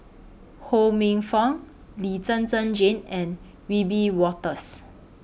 Ho Minfong Lee Zhen Zhen Jane and Wiebe Wolters